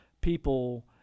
people